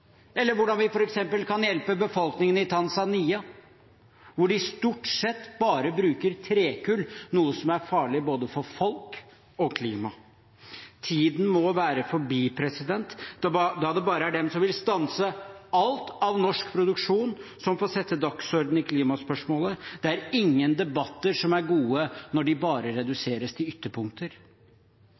eller hvordan vi f.eks. kan hjelpe befolkningen i Tanzania, hvor de stort sett bare bruker trekull, noe som er farlig for både folk og klima. Tiden da det bare er de som vil stanse alt av norsk produksjon, som får sette dagsordenen i klimaspørsmålet, må være forbi. Det er ingen debatter som er gode når de bare reduseres til ytterpunkter.